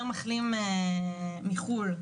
2021,